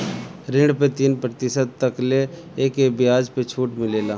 ऋण पे तीन प्रतिशत तकले के बियाज पे छुट मिलेला